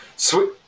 Sweet